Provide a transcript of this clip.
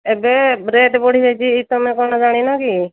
ଏବେ ରେଟ୍ ବଢ଼ିଯାଇଛି ତୁମେ କ'ଣ ଜାଣିନ କି